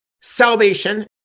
salvation